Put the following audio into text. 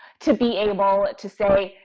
to be able to say,